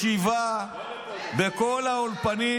ישיבה בכל האולפנים.